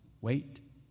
wait